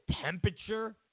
temperature